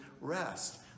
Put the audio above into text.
rest